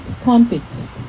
context